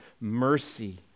mercy